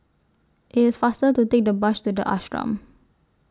IT IS faster to Take The Bus to The Ashram